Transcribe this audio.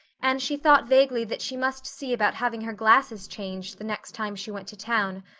and she thought vaguely that she must see about having her glasses changed the next time she went to town,